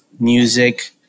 Music